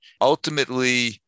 Ultimately